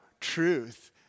truth